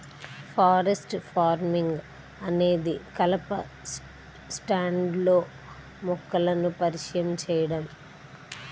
forest farming అనేది కలప స్టాండ్లో మొక్కలను పరిచయం చేయడం